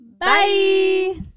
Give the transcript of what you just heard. Bye